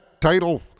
title